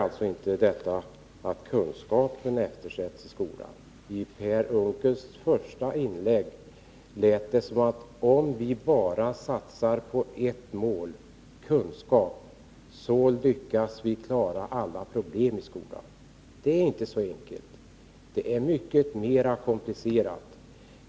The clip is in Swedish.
Att döma av Per Unckels första inlägg tycks han mena att om vi bara satsar på ett mål, kunskap, lyckas vi klara alla problem i skolan. Det är inte så enkelt. Det är mycket mer komplicerat.